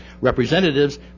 representatives